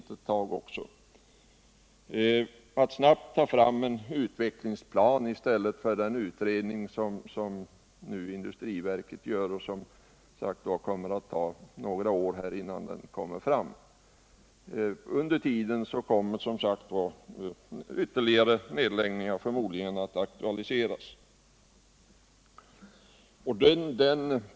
Det gäller att snabbt ta fram en utvecklingsplan i stället för den utredning som nu industriverket gör och som inte blir färdig förrän om några år. Under tiden kommer som sagt ytterligare nedläggningar förmodligen att aktualiseras.